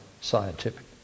scientific